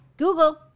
Google